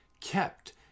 kept